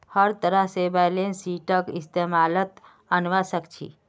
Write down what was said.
हर तरह से बैलेंस शीटक इस्तेमालत अनवा सक छी